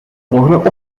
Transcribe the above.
volgen